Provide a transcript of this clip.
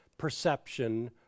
perception